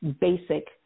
basic